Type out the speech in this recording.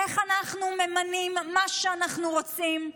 איך אנחנו ממנים מה שאנחנו רוצים,